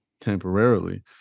temporarily